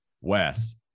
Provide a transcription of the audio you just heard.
Wes